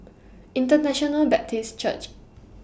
International Baptist Church